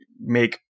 make